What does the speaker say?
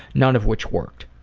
none of which worked.